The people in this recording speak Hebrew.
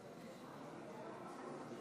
התקבלה.